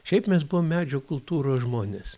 šiaip mes buvom medžio kultūros žmonės